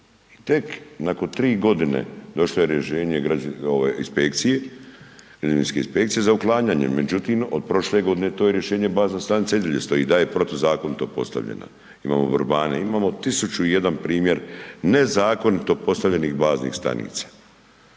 je rješenje ovaj inspekcije, građevinske inspekcije za uklanjanje. Međutim, od prošle godine to je rješenje, bazna stanica i dalje stoji da je protuzakonito postavljena. Imamo Vrbane, imao 1.001 primjer nezakonito postavljenih baznih stanica.